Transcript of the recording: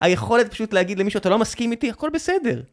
היכולת פשוט להגיד למישהו, אתה לא מסכים איתי? הכל בסדר